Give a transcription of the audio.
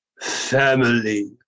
family